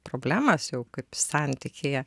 problemas jau kaip santykyje